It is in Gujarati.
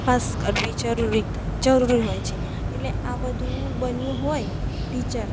પાસ કરવી જરૂરી હોય છે એટલે આ બધું બનવું હોય ટીચર